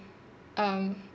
um